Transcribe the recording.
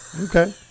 Okay